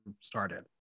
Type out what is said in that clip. started